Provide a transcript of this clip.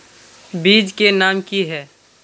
बीज के नाम की है?